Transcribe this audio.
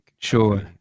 sure